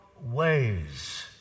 ways